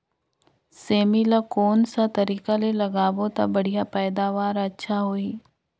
सेमी ला कोन सा तरीका ले लगाबो ता बढ़िया पैदावार अच्छा होही?